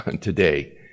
today